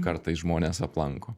kartais žmones aplanko